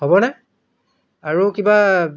হ'বনে আৰু কিবা